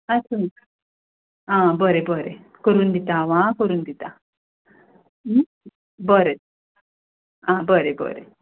आसूं आं बरें बरें करून दिता हांव आं करून दिता बरें आं बरें बरें